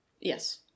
Yes